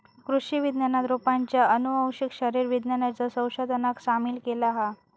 कृषि विज्ञानात रोपांच्या आनुवंशिक शरीर विज्ञानाच्या संशोधनाक सामील केला हा